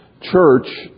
Church